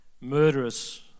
murderous